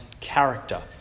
character